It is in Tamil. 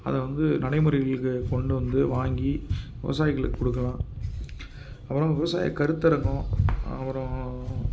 அதை வந்து நடைமுறைக்கு கொண்டு வந்து வாங்கி விவசாயிகளுக்கு கொடுக்கலாம் அப்பறம் விவசாயம் கருத்தரங்கம் அப்பறம்